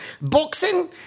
boxing